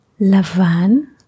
Lavan